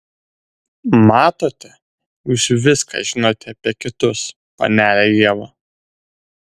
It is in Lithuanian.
matote jūs viską žinote apie kitus panele ieva